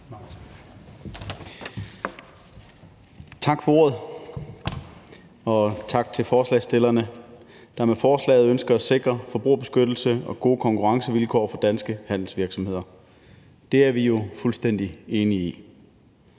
Tak for ordet. Og tak til forslagsstillerne, der med forslaget ønsker at sikre forbrugerbeskyttelse og gode konkurrencevilkår for danske handelsvirksomheder. Det er vi jo fuldstændig enige i.